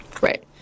Right